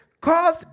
cause